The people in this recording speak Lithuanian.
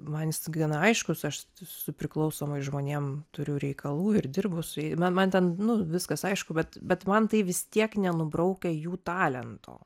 man jis gana aiškus aš su priklausomais žmonėm turiu reikalų ir dirbu su jai man ten viskas aišku bet bet man tai vis tiek nenubraukia jų talento